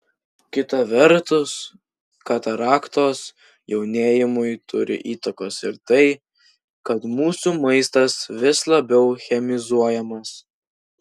kita vertus kataraktos jaunėjimui turi įtakos ir tai kad mūsų maistas vis labiau chemizuojamas